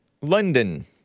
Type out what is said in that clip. London